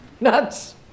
nuts